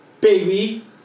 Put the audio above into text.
Baby